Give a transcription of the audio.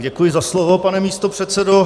Děkuji za slovo, pane místopředsedo.